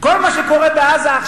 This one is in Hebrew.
כל מה שקורה עכשיו בעזה,